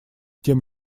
тем